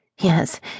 Yes